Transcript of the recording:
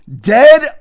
dead